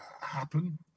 happen